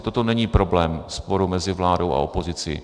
Toto není problém sporu mezi vládou a opozicí.